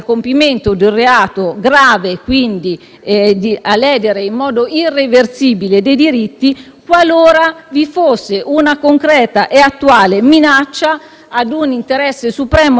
qualora vi fosse una concreta e attuale minaccia di un interesse supremo dello Stato quale la sicurezza pubblica o la salute, per esempio, di una comunità.